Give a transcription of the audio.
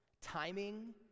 timing